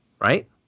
right